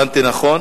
הבנתי נכון?